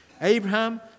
Abraham